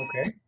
okay